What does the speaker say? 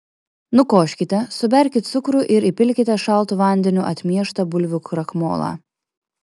nukoškite suberkit cukrų ir įpilkite šaltu vandeniu atmieštą bulvių krakmolą